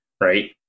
right